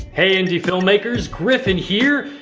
hey indie filmmakers, griffin here.